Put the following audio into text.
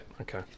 Okay